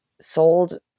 sold